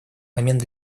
момент